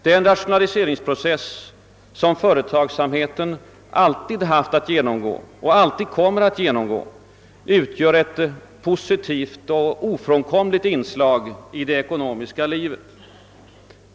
Den rationaliseringsprocess som företagsamheten alltid haft att genomgå och alltid kommer att genomgå utgör ett positivt och ofrånkomligt inslag i det ekonomiska livet.